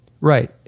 Right